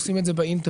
עושים את זה באינטרנט,